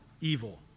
evil